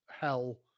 hell